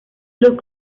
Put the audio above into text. los